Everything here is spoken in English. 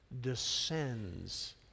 descends